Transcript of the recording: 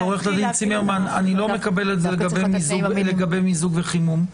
אבל עו"ד צימרמן אני לא מקבל את זה לגבי מיזוג וחימום,